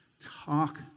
Talk